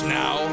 now